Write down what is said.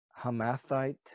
Hamathite